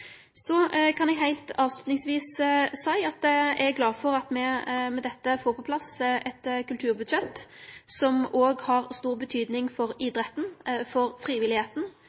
Så kan eg som avslutning seie at eg er glad for at me med dette får på plass eit kulturbudsjett, som òg har stor betydning for idretten og for